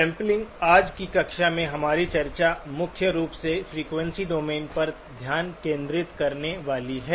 sampling आज की कक्षा में हमारी चर्चा मुख्य रूप से फ़्रीक्वेंसी डोमेन पर ध्यान केंद्रित करने वाली है